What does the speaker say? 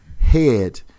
head